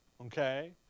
Okay